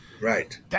Right